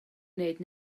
wneud